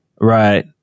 right